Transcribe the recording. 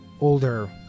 older